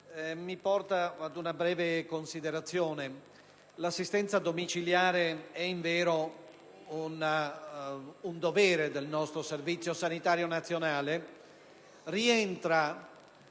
mi porta ad una breve considerazione. L'assistenza domiciliare è invero un dovere del nostro Servizio sanitario nazionale.